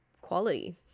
quality